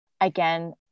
again